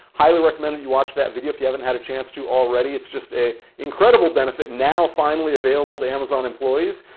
highly recommend that you watch that video, if you haven't had a chance to already. it's just a incredible benefit now finally available to amazon employees.